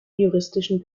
juristischen